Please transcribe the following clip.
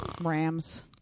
Rams